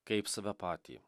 kaip save patį